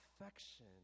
affection